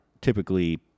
typically